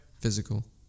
Physical